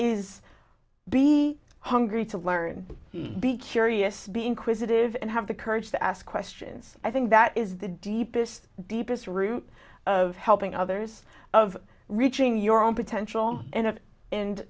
is be hungry to learn be curious be inquisitive and have the courage to ask questions i think that is the deepest deepest root of helping others of reaching your own potential in a and